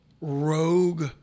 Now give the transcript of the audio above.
rogue